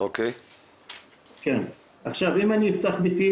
אם אני אפתח תיק,